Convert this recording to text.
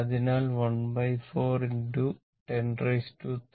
അതിനാൽ ¼ 103